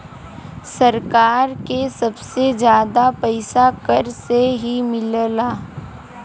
सरकार के सबसे जादा पइसा कर से ही मिलला